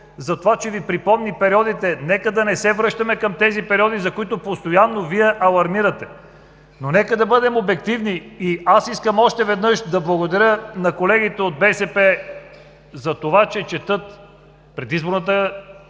за това, че Ви припомни периодите. Нека да не се връщаме към тези периоди, за които Вие постоянно алармирате. Нека да бъде обективни! И аз искам още веднъж да благодаря на колегите от БСП за това, че четат предизборната